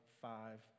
five